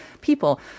people